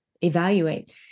evaluate